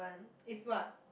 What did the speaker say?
is what